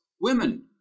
women